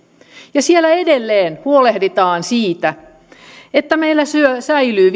ja siellä edelleen huolehditaan siitä että meillä säilyy